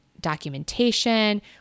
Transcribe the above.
documentation